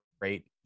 great